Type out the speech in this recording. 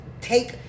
take